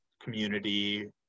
community